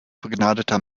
begnadeter